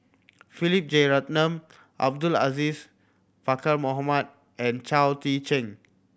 Philip Jeyaretnam Abdul Aziz Pakkeer Mohamed and Chao Tzee Cheng